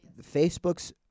Facebook's